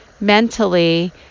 mentally